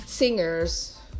Singers